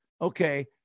okay